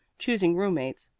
choosing roommates,